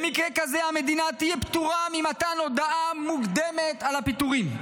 במקרה כזה המדינה תהיה פטורה ממתן הודעה מוקדמת על פיטורים.